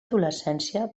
adolescència